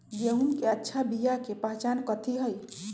गेंहू के अच्छा बिया के पहचान कथि हई?